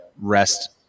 rest